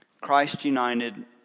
Christ-united